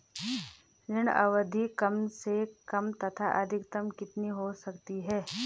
ऋण अवधि कम से कम तथा अधिकतम कितनी हो सकती है?